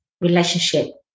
relationship